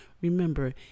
Remember